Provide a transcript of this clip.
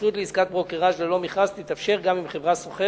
התקשרות לעסקת ברוקראז' ללא מכרז תתאפשר גם עם חברה סוחרת